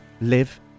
live